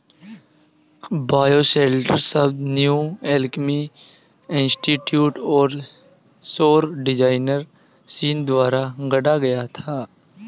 bioshelter शब्द New Alchemy Institute और सौर डिजाइनर सीन द्वारा गढ़ा गया था